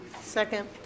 Second